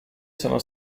sono